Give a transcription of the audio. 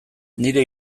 nire